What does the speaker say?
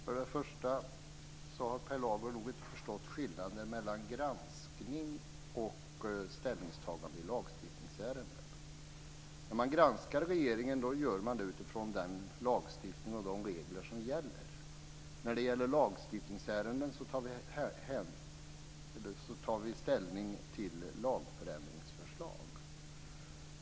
Fru talman! För det första har Per Lager nog inte förstått skillnaden mellan granskning och ställningstagande i lagstiftningsärenden. När man granskar regeringen gör man det utifrån den lagstiftning och de regler som gäller. I lagstiftningsärenden tar vi ställning till lagförändringsförslag.